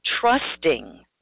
trusting